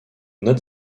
note